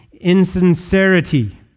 insincerity